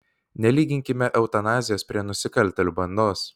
nelyginkime eutanazijos prie nusikaltėlių bandos